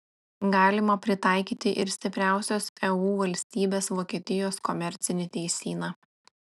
galima pritaikyti ir stipriausios eu valstybės vokietijos komercinį teisyną